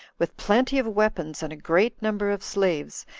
with plenty of weapons, and a great number of slaves,